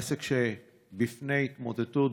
עסק שבפני התמוטטות.